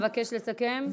אבקש לסכם.